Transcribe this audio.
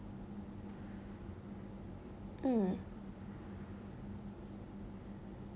mm